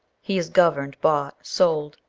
he is governed, bought, sold,